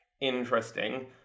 interesting